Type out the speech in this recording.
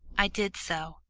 i did so,